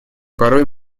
порой